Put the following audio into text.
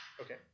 Okay